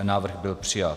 Návrh byl přijat.